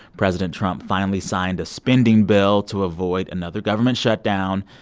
president trump finally signed a spending bill to avoid another government shutdown.